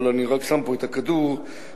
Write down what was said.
אבל אני רק שם פה את הכדור שירו,